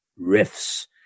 riffs